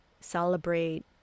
celebrate